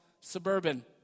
Suburban